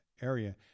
area